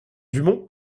dumont